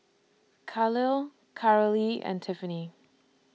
Khalil Carolee and Tiffany